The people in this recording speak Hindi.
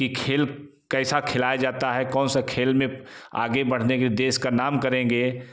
कि खेल कैसा खेला जाता कौन सा खेल में आगे बढ़ने की देश का नाम करेंगे